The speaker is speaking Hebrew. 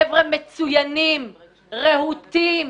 חבר'ה מצוינים, רהוטים,